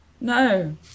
no